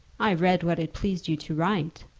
i read what it pleased you to write.